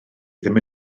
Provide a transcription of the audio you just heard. ddim